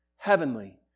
heavenly